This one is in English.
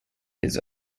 his